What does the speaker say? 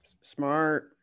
Smart